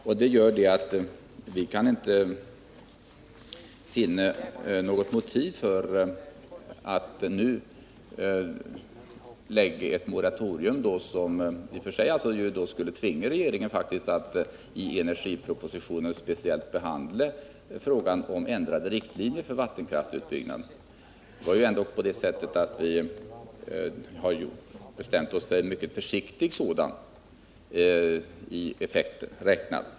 Det gör att vi inte kan finna något motiv för att nu införa ett moratorium, som faktiskt skulle tvinga regeringen att i energipropositionen speciellt behandla frågan om ändring av riktlinjerna för vattenkraftsutbyggnaden. Vi har ändå bestämt oss för en mycket försiktig utbyggnad i effekt räknat.